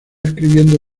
escribiendo